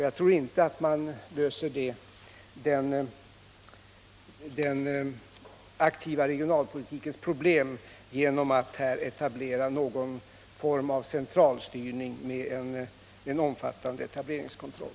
Jag tror inte att man löser den aktiva regionalpolitikens problem genom att införa någon form av centralstyrning med en omfattande etableringskontroll.